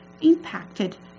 impacted